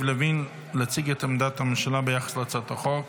לוין להציג את עמדת הממשלה ביחס להצעת החוק.